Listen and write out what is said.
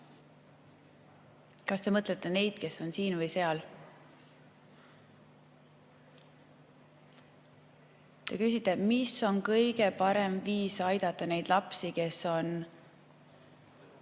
Kas te mõtlete neid, kes on siin või seal? Te küsite, mis on kõige parem viis aidata neid lapsi, kes on